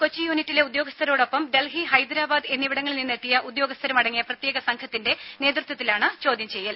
കൊച്ചി യൂണിറ്റിലെ ഉദ്യോഗസ്ഥരോടൊപ്പം ഡൽഹി ഹൈദരാബാദ് എന്നിവിടങ്ങളിൽ നിന്നെത്തിയ ഉദ്യോഗസ്ഥരും അടങ്ങിയ പ്രത്യേക സംഘത്തിന്റെ നേത്വത്വത്തിലാണ് ചോദ്യം ചെയ്യൽ